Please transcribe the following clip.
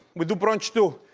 we do brunch too.